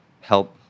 help